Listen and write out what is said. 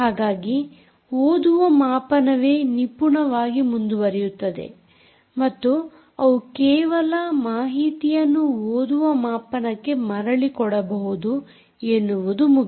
ಹಾಗಾಗಿ ಓದುವ ಮಾಪನವೇ ನಿಪುಣನಾಗಿ ಮುಂದುವರಿಯುತ್ತದೆ ಮತ್ತು ಅವು ಕೇವಲ ಮಾಹಿತಿಯನ್ನು ಓದುವ ಮಾಪನಕ್ಕೆ ಮರಳಿ ಕೊಡಬಹುದು ಎನ್ನುವುದು ಮುಖ್ಯ